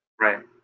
Right